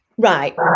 right